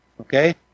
Okay